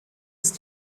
ist